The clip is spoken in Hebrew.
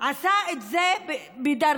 עשה את זה בדרכו,